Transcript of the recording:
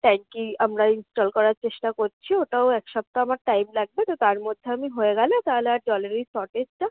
ট্যাঙ্কি আমরা ইন্সটল করার চেষ্টা করছি ওটাও এক সপ্তাহ আমার টাইম লাগবে তো তার মধ্যে আমি হয়ে গেলে তাহলে আর জলের ওই শর্টেজটা